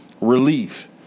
relief